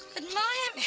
admire